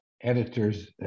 editors